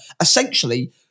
essentially